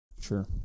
Sure